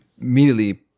immediately